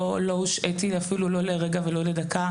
לא הושעיתי, אפילו לא לרגע ולא לדקה.